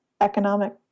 economic